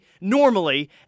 normally